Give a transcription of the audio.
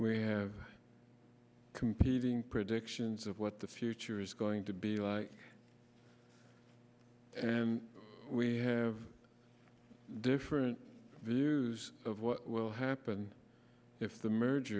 we have competing predictions of what the future is going to be like and we have different views of what will happen if the m